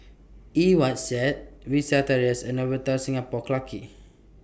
Eng Watt Said Vista Terrace and Novotel Singapore Clarke Quay